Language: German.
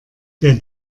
der